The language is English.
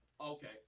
Okay